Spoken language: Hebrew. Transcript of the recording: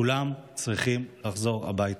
כולם צריכים לחזור הביתה.